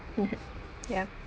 mmhmm ya